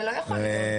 זה לא יכול להיות,